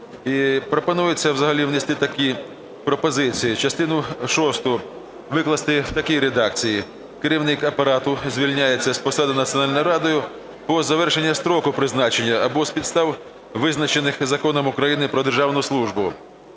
пропонується взагалі внести такі пропозиції. Частину шосту викласти в такій редакції: "Керівник апарату звільняється з посади Національною радою по завершенню строку призначення або з підстав, визначених Законом України "Про державну службу".